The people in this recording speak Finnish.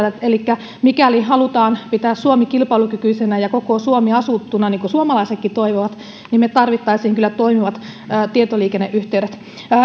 elikkä mikäli halutaan pitää suomi kilpailukykyisenä ja koko suomi asuttuna niin kuin suomalaiset toivovatkin niin me tarvitsisimme kyllä toimivat tietoliikenneyhteydet